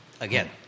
again